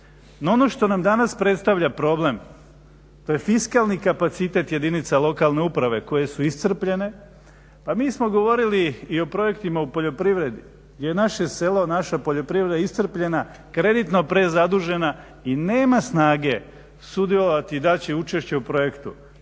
ono što nam danas predstavlja problem, to je fiskalni kapaciteti jedinica lokalne uprave koje su iscrpljene. Pa mi smo govorili i o projektima u poljoprivredi jer naše je selo, naša poljoprivreda iscrpljena, kreditno prezadužena i nema snage sudjelovati, dati učešće u projektu.